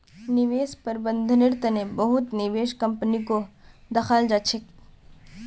निवेश प्रबन्धनेर तने बहुत निवेश कम्पनीको दखाल जा छेक